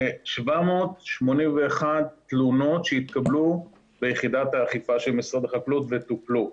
781 תלונות שהתקבלו ביחידת האכיפה של משרד החקלאות וטופלו.